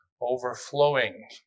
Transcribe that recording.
overflowing